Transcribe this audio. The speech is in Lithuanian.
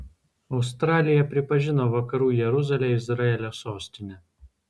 australija pripažino vakarų jeruzalę izraelio sostine